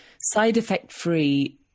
side-effect-free